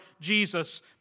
Jesus